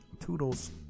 toodles